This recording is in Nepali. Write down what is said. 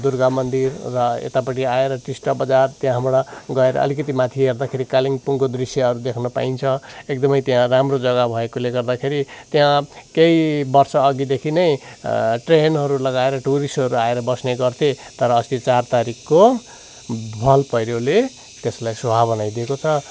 दुर्गा मन्दिर र यतापटि आएर टिस्टा बजार त्यहाँबाट गएर अलिकति माथि हेर्दाखेरि कालिम्पोङको दृश्यहरू देख्न पाइन्छ एकदमै त्यहाँ राम्रो जगा भएकोले गर्दाखेरि त्यहाँ केही वर्ष अघिदेखि नै टेन्टहरू लगाएर टुरिसहरू आएर बस्ने गर्थे तर अस्ति चार तारिकको भल पहिरोले त्यस्लाई स्वाहा बनाइदिएको छ